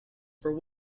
for